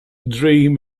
dream